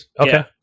okay